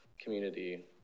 community